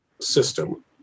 system